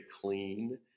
clean